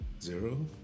zero